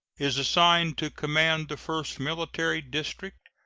is assigned to command the first military district,